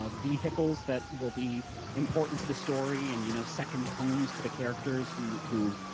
ah vehicles that will be important to the story and you know second homes to the characters who who